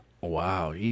Wow